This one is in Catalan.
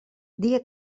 dia